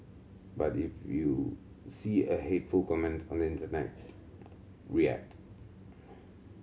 but if you see a hateful comment on the internet react